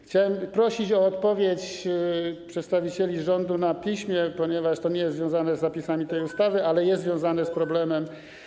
Chciałem prosić o odpowiedź przedstawicieli rządu na piśmie, ponieważ to nie jest związane z zapisami tej ustawy, ale jest związane z problemem.